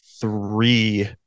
three